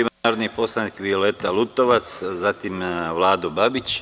Reč ima narodni poslanik Violeta Lutovac, a zatim Vlado Babić.